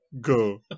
go